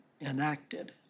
enacted